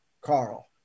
Carl